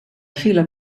fila